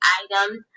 items